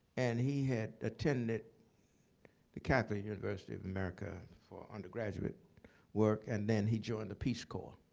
and he had attended the catholic university of america for undergraduate work. and then he joined the peace corps.